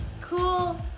cool